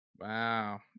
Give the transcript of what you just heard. Wow